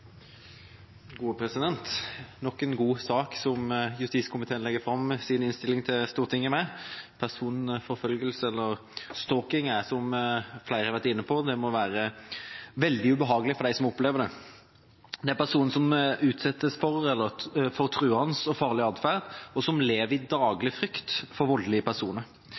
nok en god sak hvor justiskomiteen legger fram sin innstilling for Stortinget. Personforfølgelse eller stalking må, som flere har vært inne på, være veldig ubehagelig for dem som opplever det. Det er personer som utsettes for truende og farlig atferd, og som lever i daglig frykt for voldelige personer.